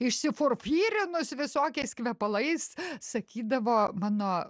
išsiforfyrinus visokiais kvepalais sakydavo mano